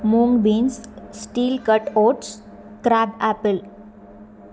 mung beans steel cut oats crab apple